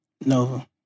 Nova